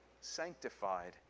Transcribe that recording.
sanctified